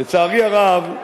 לצערי הרב,